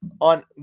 on –